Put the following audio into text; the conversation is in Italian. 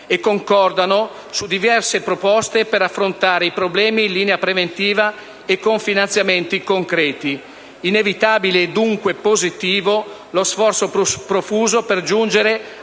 e su diverse proposte per affrontare i problemi in linea preventiva e con finanziamenti concreti. Inevitabile - e dunque positivo - è lo sforzo profuso per giungere